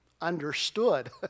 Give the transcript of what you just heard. understood